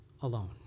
alone